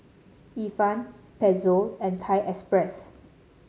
Ifan Pezzo and Thai Express